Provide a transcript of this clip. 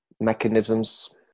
mechanisms